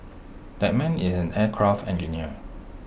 that man is an aircraft engineer